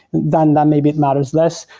then that maybe matters less.